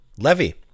Levy